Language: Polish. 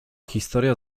historia